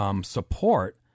support